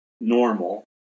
normal